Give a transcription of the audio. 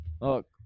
Look